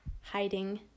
hiding